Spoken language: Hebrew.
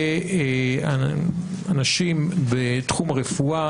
באנשים בתחום הרפואה,